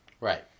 Right